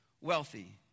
wealthy